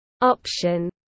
option